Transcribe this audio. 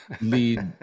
lead